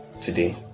today